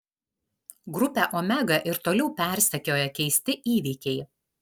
grupę omega ir toliau persekioja keisti įvykiai